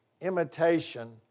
Imitation